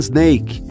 Snake